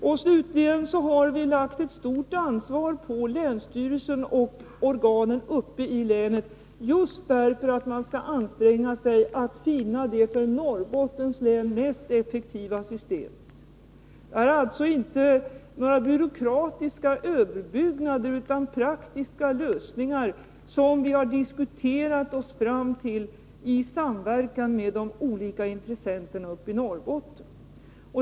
Vi har lagt ett stort ansvar på länsstyrelsen och organen uppe i Norrbotten just för att man skall anstränga sig att finna det för Norrbottens län mest effektiva systemet. Det är alltså inte några byråkratiska överbyggnader utan praktiska lösningar som vi har diskuterat oss fram till i samverkan med de olika intressenterna uppe i Norrbotten.